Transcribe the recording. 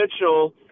Mitchell